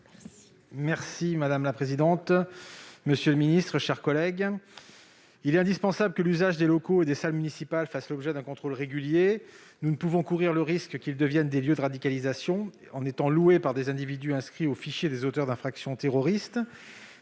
est ainsi libellé : La parole est à M. Éric Gold. Il est indispensable que l'usage des locaux et des salles municipales fasse l'objet d'un contrôle régulier. Nous ne pouvons courir le risque qu'ils deviennent des lieux de radicalisation en étant loués par des individus inscrits au fichier des auteurs d'infractions terroristes.